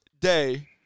Day